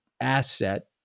asset